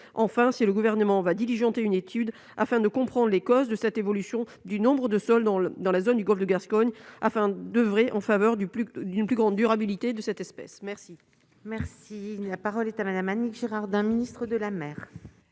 enfin, si le gouvernement va diligenter une étude afin de comprendre les causes de cette évolution du nombre de sol dans le dans la zone du Golfe de Gascogne afin d'oeuvrer en faveur du plus d'une plus grande durabilité de cette espèce. Merci, merci n'à parole est à Madame Annick Girardin, ministre de la mer.